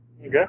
Okay